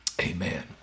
Amen